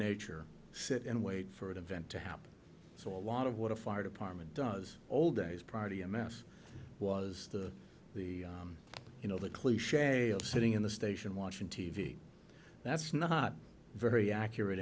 nature sit and wait for an event to happen so a lot of what a fire department does old days prior to a mass was the the you know the cliche of sitting in the station watching t v that's not very accurate